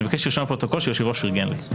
אני מבקש שיירשם בפרוטוקול שיושב הראש פרגן לי.